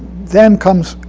then comes,